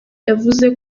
yavuze